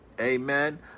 Amen